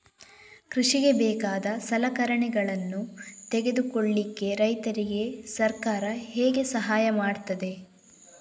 ಕೃಷಿಗೆ ಬೇಕಾದ ಸಲಕರಣೆಗಳನ್ನು ತೆಗೆದುಕೊಳ್ಳಿಕೆ ರೈತರಿಗೆ ಸರ್ಕಾರ ಹೇಗೆ ಸಹಾಯ ಮಾಡ್ತದೆ?